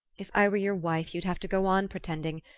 if i were your wife you'd have to go on pretending.